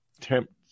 tempt